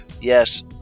Yes